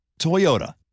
Toyota